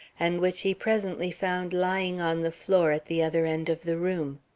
and which he presently found lying on the floor at the other end of the room.